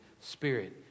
spirit